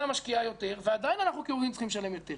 משקיעה יותר ועדיין אנחנו כהורים צריכים לשלם יותר?